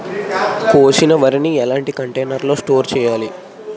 కోసిన వరిని ఎలాంటి కంటైనర్ లో స్టోర్ చెయ్యాలి?